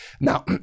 Now